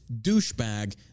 douchebag